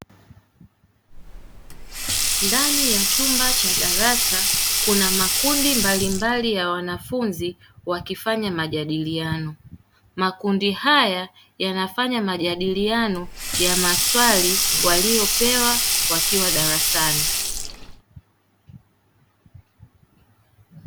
Ndani ya chumba cha darasa kuna makundi mbalimbali ya wanafunzi wakifanya majadiliano ,makundi haya yanafanya majadiliano ya maswali waliopewa wakiwa darasani.